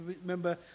remember